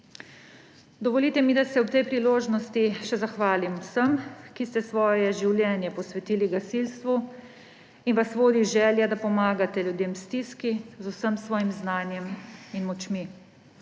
Dovolite mi, da se ob tej priložnosti še zahvalim vsem, ki ste svoje življenje posvetili gasilstvu in vas vodi želja, da pomagate ljudem v stiski z vsem svojim znanjem in močmi.